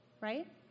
right